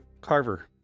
Carver